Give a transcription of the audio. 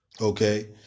okay